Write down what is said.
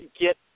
get